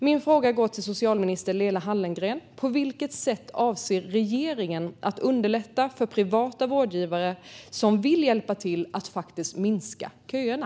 Min fråga går till socialminister Lena Hallengren: På vilket sätt avser regeringen att underlätta för privata vårdgivare som vill hjälpa till att faktiskt minska köerna?